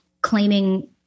claiming